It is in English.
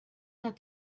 that